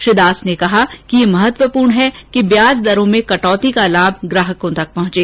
श्री दास ने कहा कि यह महत्त्वपूर्ण है कि ब्याज दरों में कटौती का लाभ ग्राहकों तक पहँचे